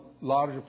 large